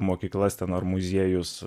mokyklas ten ar muziejus